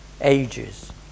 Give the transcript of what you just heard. ages